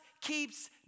keeps